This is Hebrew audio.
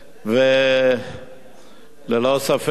ללא ספק,